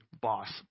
boss